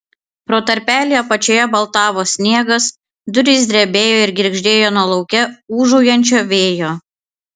pro tarpelį apačioje baltavo sniegas durys drebėjo ir girgždėjo nuo lauke ūžaujančio vėjo